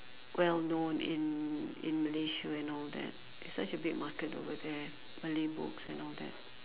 well known in in Malaysia and all that it's such a big market over there Malay books and all that